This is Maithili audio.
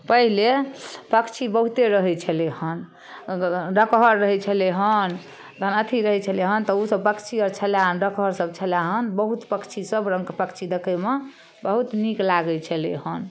पहिले पक्षी बहुते रहै छेलै हँ डकहर रहै छेलै हँ तहन अथि रहै छेलै हँ तऽ ओ सभ पक्षी छेलै हँ डकहर सभ छेलै हँ बहुत पक्षी सभ रंगके पक्षी देखैमे बहुत नीक लागै छेलै हँ